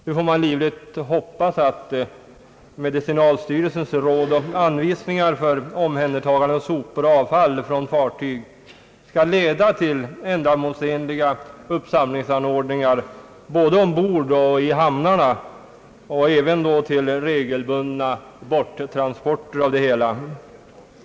Nu får man livligt hoppas att medicinalstyrelsens råd och anvisningar för omhändertagande av sopor och avfall från fartyg skall leda till ändamålsenliga uppsamlingsanordningar både ombord och i hamnarna och även till regalbundna borttransporter.